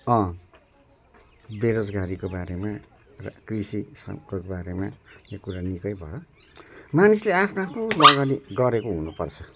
बेरोजगारीको बारेमा र कृषि सबको बारेमा यहाँ कुरा निकै भयो मानिसले आफ्नो आफ्नो लगानी गरेको हुनु पर्छ